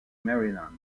maryland